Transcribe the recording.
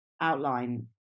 outline